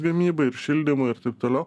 gamyba ir šildymui ir taip toliau